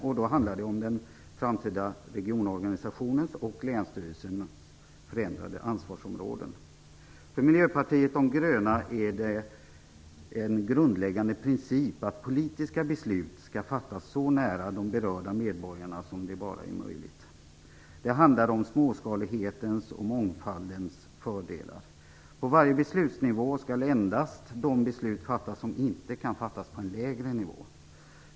Det handlar då om den framtida regionorganisationens och länsstyrelsens förändrade ansvarsområden. För Miljöpartiet de gröna är det en grundläggande princip att politiska beslut skall fattas så nära de berörda medborgarna som det bara är möjligt. Det handlar om småskalighetens och mångfaldens fördelar. På varje beslutsnivå skall endast de beslut fattas om inte kan fattas på en lägre nivå.